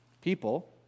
people